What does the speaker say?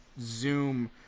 Zoom